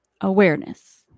awareness